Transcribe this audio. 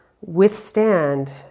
withstand